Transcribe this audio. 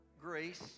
grace